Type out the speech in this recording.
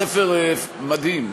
ספר מדהים.